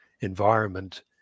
environment